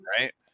right